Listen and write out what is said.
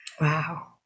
Wow